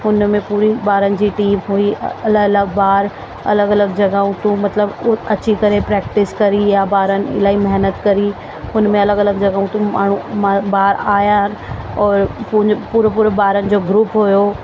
हुन में पूरी ॿारनि जी टीम हुई अलॻि अलॻि ॿार अलॻि अलॻि जॻहयूं था मतिलबु उहो अची करे प्रैक्टिस कई या ॿारनि इलाही महिनत कई हुन में अलॻि अलॻि जॻहयूं ते माण्हू ॿार आया आहिनि और हुनजो पूरो पूरो ॿारनि जो ग्रुप हुओ